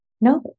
No